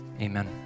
Amen